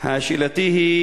של חברתי,